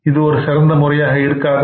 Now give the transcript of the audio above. இது ஒரு சிறந்த முறையாக இருக்காதா